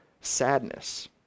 sadness